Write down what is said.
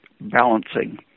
balancing